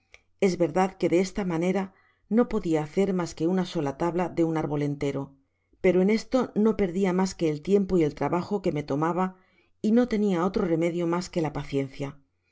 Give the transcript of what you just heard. es verdad que de esta manera no p dia hacer masque una sola tabla de un arbol entero pero en esto no perdia mas que el tiempo y el trabajo que me tomaba y no tenia otro remedio mas que la paciencia